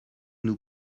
nous